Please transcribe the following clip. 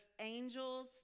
angels